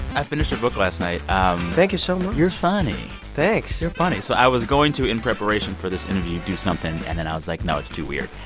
i finished your book last night thank you so much you're funny thanks you're funny. so i was going to, in preparation for this interview, do something, and then i was like, no, it's too weird.